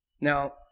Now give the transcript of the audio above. Now